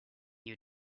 you